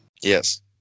Yes